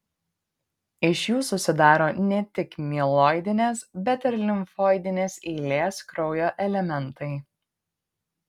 iš jų susidaro ne tik mieloidinės bet ir limfoidinės eilės kraujo elementai